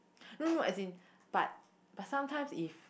no no as in but but sometimes if